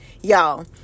y'all